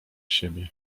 siebie